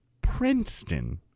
Princeton